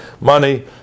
money